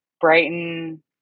Brighton